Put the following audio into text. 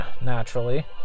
Naturally